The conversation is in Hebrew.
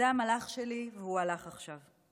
זה המלאך שלי, והוא הלך עכשיו.